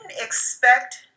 expect